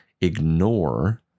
ignore